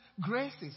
graces